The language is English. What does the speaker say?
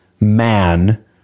man